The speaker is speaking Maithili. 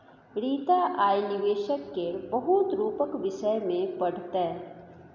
रीता आय निबेशक केर बहुत रुपक विषय मे पढ़तै